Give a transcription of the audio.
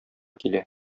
килә